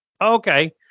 Okay